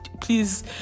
please